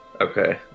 Okay